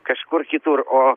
ne kažkur kitur o